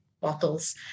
bottles